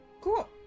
cool